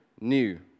new